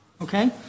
Okay